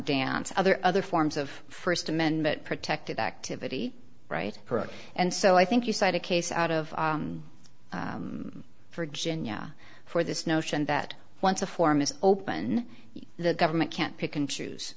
dance other other forms of first amendment protected activity right and so i think you cite a case out of virginia for this notion that once a form is open the government can't pick and choose